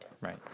Right